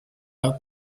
out